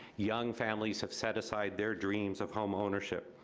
young families have set aside their dreams of homeownership.